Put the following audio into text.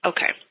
Okay